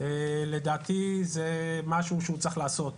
לדעתי זה משהו שהוא צריך לעשות.